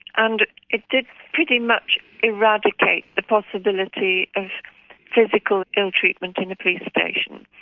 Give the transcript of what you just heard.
and it did pretty much eradicate the possibility of physical ill-treatment in the police station.